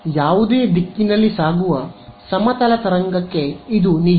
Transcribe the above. ಆದ್ದರಿಂದ ಯಾವುದೇ ದಿಕ್ಕಿನಲ್ಲಿ ಸಾಗುವ ಸಮತಲ ತರಂಗಕ್ಕೆ ಇದು ನಿಜ